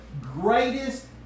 greatest